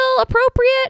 appropriate